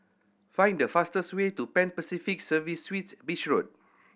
find the fastest way to Pan Pacific Serviced Suites Beach Road